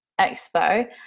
expo